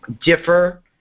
differ